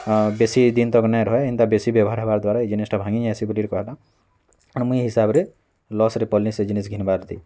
ବେଶୀ ଦିନ ତାର୍ ମାନେ ନା ରହେ ଏନ୍ତା ବେଶୀ ବେବହାର୍ ହବା ଦ୍ଵାରା ଏଇ ଜିନିଷ୍ଟା ଭାଙ୍ଗିର୍ ଯାଇସି ବୋଲି କହେଲା ଆର୍ ମୁଇଁ ହିସାବରେ ଲସ୍ରେ ପଡ଼ିଲି ସେଇ ଜିନିଷ୍ ଘିନିବାର୍ ଥେ